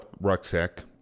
rucksack